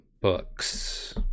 Books